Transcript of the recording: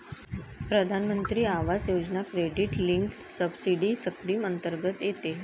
प्रधानमंत्री आवास योजना क्रेडिट लिंक्ड सबसिडी स्कीम अंतर्गत येते